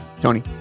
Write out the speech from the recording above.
Tony